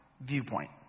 viewpoint